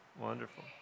wonderful